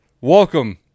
Welcome